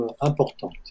importante